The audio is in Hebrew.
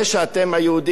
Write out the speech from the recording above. לא צלבתם את ישו,